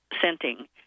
scenting